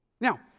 Now